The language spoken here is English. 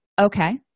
okay